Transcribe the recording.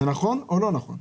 זה נכון או לא נכון?